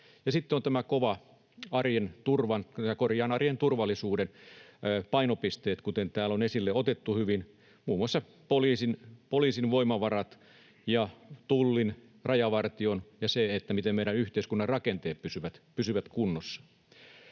Sitten ovat nämä kovat arjen turvallisuuden painopisteet, kuten täällä on hyvin esille otettu, muun muassa poliisin, Tullin ja Rajavartion voimavarat ja se, miten meidän yhteiskunnan rakenteet pysyvät kunnossa.